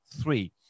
three